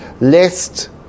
lest